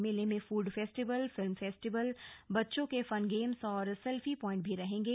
मेले में food festival film festival बच्चों के फन गेम्स और सेल्फी प्वांइट भी रहेंगे